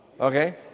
okay